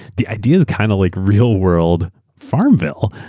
the idea is kind of like real-world farmville.